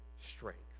strength